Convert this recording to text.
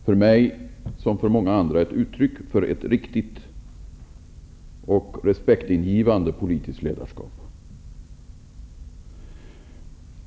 För mig liksom för många andra är dessa uttryck för ett riktigt och respektingivande politiskt ledarskap.